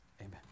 Amen